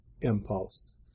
impulse